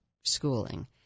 schooling